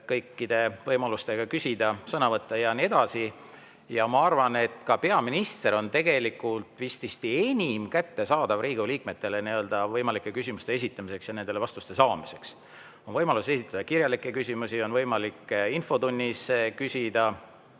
kõikide võimalustega küsida, sõna võtta ja nii edasi. Ma arvan, et ka peaminister on Riigikogu liikmetele vististi enim kättesaadav võimalike küsimuste esitamiseks ja nendele vastuse saamiseks. On võimalik esitada kirjalikke küsimusi, on võimalik infotunnis küsida